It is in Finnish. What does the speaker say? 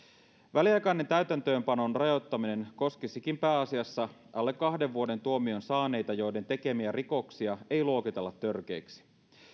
väliaikainen täytäntöönpanon rajoittaminen koskisikin pääasiassa alle kahden vuoden tuomion saaneita joiden tekemiä rikoksia ei luokitella törkeiksi